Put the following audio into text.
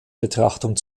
betrachtung